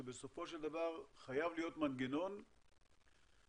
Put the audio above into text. שבסופו של דבר חייב להיות מנגנון שמאפשר